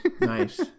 Nice